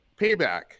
payback